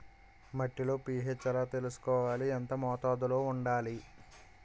మట్టిలో పీ.హెచ్ ఎలా తెలుసుకోవాలి? ఎంత మోతాదులో వుండాలి?